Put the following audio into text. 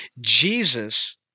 Jesus